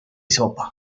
sopa